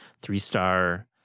three-star